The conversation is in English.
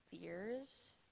fears